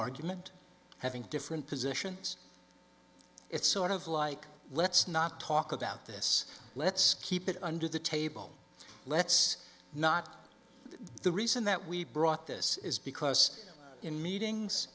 argument having different positions it's sort of like let's not talk about this let's keep it under the table let's not the reason that we brought this is because in meetings